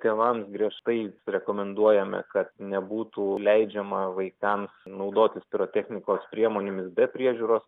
tėvams griežtai rekomenduojame kad nebūtų leidžiama vaikams naudotis pirotechnikos priemonėmis be priežiūros